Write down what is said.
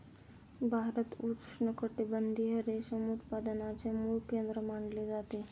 भारत उष्णकटिबंधीय रेशीम उत्पादनाचे मूळ केंद्र मानले जाते